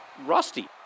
rusty